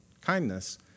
kindness